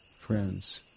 friends